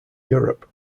europe